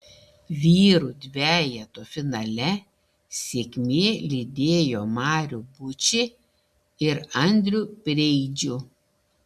vyrų dvejeto finale sėkmė lydėjo marių bučį ir andrių preidžių